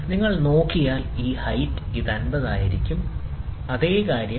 നിങ്ങൾ നോക്കിയാൽ ഉയരം ഇത് 50 ആയിരിക്കും അതേ കാര്യം 70